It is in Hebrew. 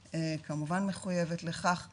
כמובן המדינה מחויבת לכך ,